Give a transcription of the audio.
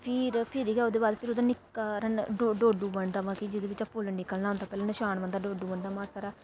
फ्हिर फ्हिरी गै ओह्दै बाद फिर ओह्दा निक्का हारा डो डोडू बनदा मतलब कि जेह्दे बिच्चा फुल्ल निकलना होंदा पैह्लें नशान बनदा डोडू बनदा मासा हारा